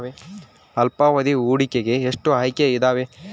ಅಲ್ಪಾವಧಿ ಹೂಡಿಕೆಗೆ ಎಷ್ಟು ಆಯ್ಕೆ ಇದಾವೇ?